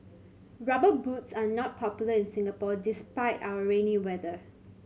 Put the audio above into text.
Rubber Boots are not popular in Singapore despite our rainy weather